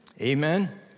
Amen